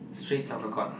street soccer court